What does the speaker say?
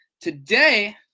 today